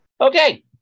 Okay